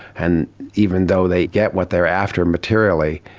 and even though they get what they are after materially,